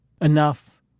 enough